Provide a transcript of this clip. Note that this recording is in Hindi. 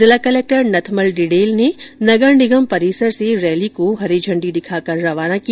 जिला कलेक्टर नथमल डिडेल ने नगर निगम परिसर से रैली को हरी झण्डी दिखाकर रवाना किया